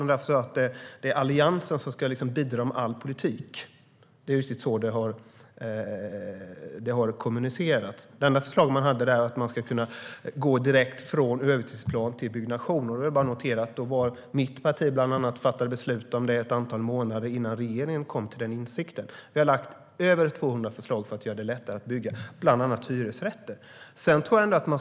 Som jag förstår det är det Alliansen som ska bidra med all politik. Det är så det har kommunicerats. Det enda förslaget var att man ska kunna gå direkt från översiktsplan till byggnation. Jag vill bara notera att det var bland andra mitt parti som fattade beslut om detta ett antal månader innan regeringen kom till den insikten. Vi har lagt fram över 200 förslag för att göra det lättare att bygga bland annat hyresrätter.